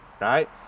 right